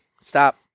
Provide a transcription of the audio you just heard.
Stop